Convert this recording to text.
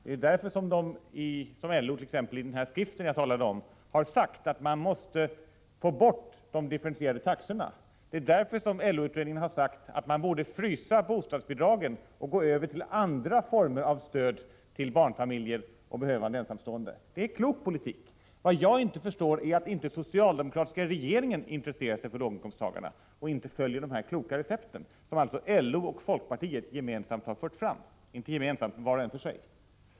Det är därför som LO i den skrift som jag talade om säger att man måste få bort de differentierade taxorna. Det är också därför som LO-utredningen har sagt att man bör frysa bostadsbidragen och gå över till andra former för stöd till barnfamiljer och behövande ensamstående. Det är en klok politik. Vad jag inte förstår är att inte den socialdemokratiska regeringen intresserar sig för låginkomsttagarna och följer de kloka recept som LO och folkpartiet var för sig har lagt fram.